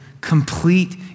Complete